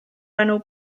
enw